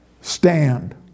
stand